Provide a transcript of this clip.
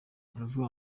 aravuga